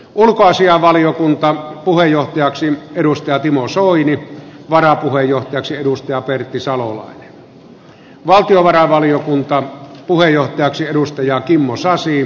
ulkoasianvaliokunta puheenjohtaja outi mäkelä timo soini pertti salolainen kimmo sasi